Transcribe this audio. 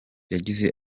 yagize